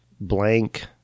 blank